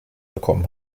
bekommen